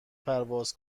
پرواز